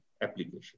application